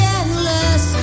endless